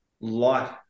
life